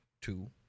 two